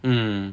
mm